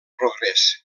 progrés